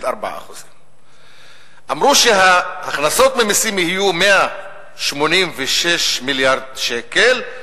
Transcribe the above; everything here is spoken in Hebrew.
4%. אמרו שההכנסות ממסים יהיו 186 מיליארד שקלים.